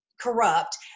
corrupt